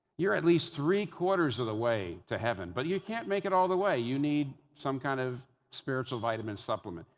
you're at least three-quarters of the way to heaven but you can't make it all the way, you need some kind of spiritual vitamin supplement.